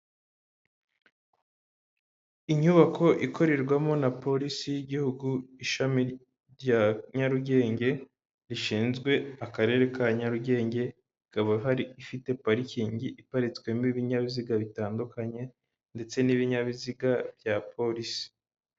Inyubako ikorerwamo na polisi y'igihugu, ishami rya Nyarugenge, rishinzwe Akarere ka Nyarugenge, ikaba hari ifite parikingi iparitswemo ibinyabiziga bitandukanye ndetse n'ibinyabiziga bya polisi.